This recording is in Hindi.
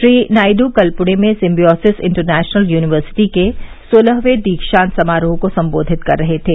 श्री नायडू कल पुणे में सिम्बॉयोसिस इंटरनेशनल युनिवर्सिटी के सोलहवें दीक्षांत समारोह को सम्बोधित कर रहे थे